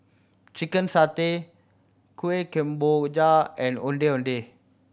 chicken satay Kueh Kemboja and Ondeh Ondeh